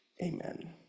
Amen